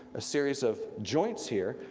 a series of joints here,